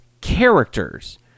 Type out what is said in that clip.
characters